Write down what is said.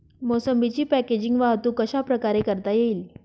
मोसंबीची पॅकेजिंग वाहतूक कशाप्रकारे करता येईल?